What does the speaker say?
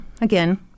again